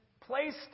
placed